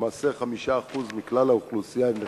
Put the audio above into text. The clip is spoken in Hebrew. למעשה, 5% מכלל האוכלוסייה הם נכים,